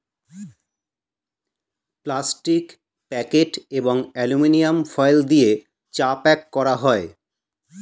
plastic packet এবং aluminium foil দিয়ে চা প্যাক করা হয়